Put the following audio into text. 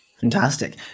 Fantastic